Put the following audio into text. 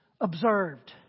observed